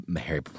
Harry